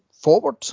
forward